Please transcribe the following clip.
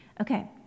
Okay